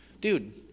Dude